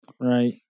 Right